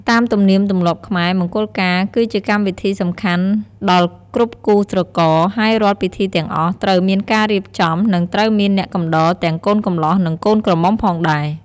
តាមទំនៀមទម្លាប់ខ្មែរ មង្គលការគឺជាកម្មវិធីសំខាន់ដល់គ្រប់គូស្រករ ហើយរាល់ពិធីទាំងអស់ត្រូវមានការរៀបចំ និងត្រូវមានអ្នកកំដរទាំងកូនកម្លោះ និងកូនក្រមុំផងដែរ។